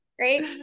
right